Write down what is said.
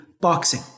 boxing